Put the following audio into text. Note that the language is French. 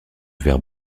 verre